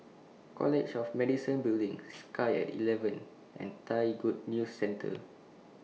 College of Medicine Building Sky At eleven and Thai Good News Centre